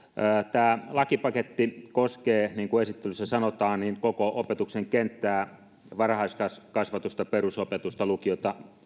tämä lakipaketti koskee niin kuin esittelyssä sanotaan koko opetuksen kenttää varhaiskasvatusta perusopetusta lukiota